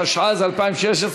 התשע"ז 2016,